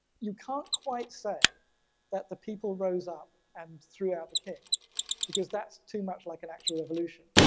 you can't quite say that the people rose up and threw out the king because that's too much like an actual revolution.